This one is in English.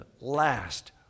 last